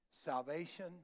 salvation